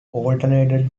alternated